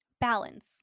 Balance